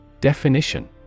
Definition